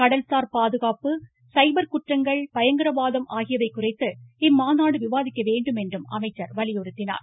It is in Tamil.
கடல்சார் பாதுகாப்பு சைபர் குற்றங்கள் பயங்கரவாதம் ஆகியவை குறித்து இம்மாநாடு விவாதிக்க வேண்டும் என்றும் அமைச்சர் வலியுறுத்தினார்